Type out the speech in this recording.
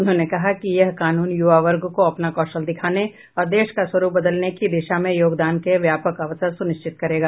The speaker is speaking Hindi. उन्होंने कहा कि यह कानून युवा वर्ग को अपना कौशल दिखाने और देश का स्वरूप बदलने की दिशा में योगदान के व्यापक अवसर सुनिश्चित करेगा